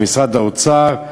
של משרד האוצר,